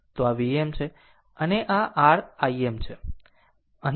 તો આ Vm છે અને આ r Im